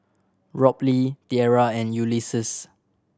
Robley Tiera and Ulises